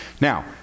Now